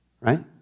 right